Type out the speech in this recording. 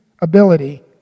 ability